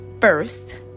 first